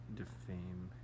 defame